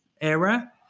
era